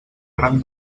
gran